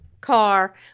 car